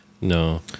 no